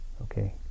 okay